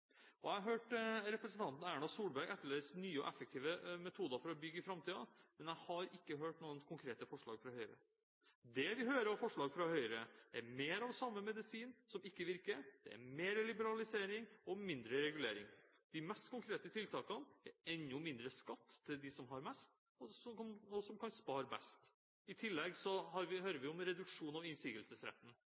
kommunene. Jeg hørte representanten Erna Solberg etterlyse nye og effektive metoder for å bygge i framtiden, men jeg har ikke hørt noen konkrete forslag fra Høyre. Det vi hører av forslag fra Høyre, er mer av samme medisin som ikke virker – mer liberalisering og mindre regulering. De mest konkrete tiltakene er enda mindre skatt til de som har mest – og som kan spare best. I tillegg hører vi om reduksjon av innsigelsesretten.